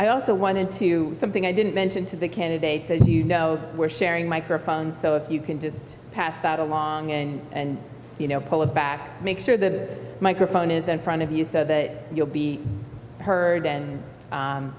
i also wanted to something i didn't mention to the candidates as you know we're sharing microphones so if you can just pass that along and you know pull it back make sure the microphone is in front of you so that you'll be heard and